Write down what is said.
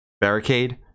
barricade